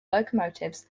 locomotives